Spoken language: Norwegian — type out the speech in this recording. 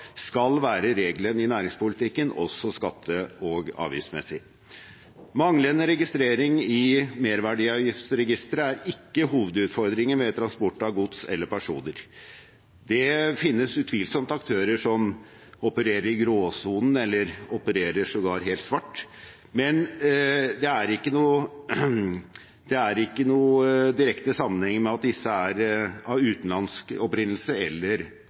skal være regelen i næringspolitikken, også skatte- og avgiftsmessig. Manglende registrering i merverdiavgiftsregisteret er ikke hovedutfordringen ved transport av gods eller personer. Det finnes utvilsomt aktører som opererer i gråsonen, eller som sågar opererer svart, men det er ikke noen direkte sammenheng med at disse er av utenlandsk opprinnelse eller